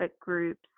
groups